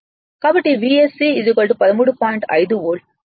5 volt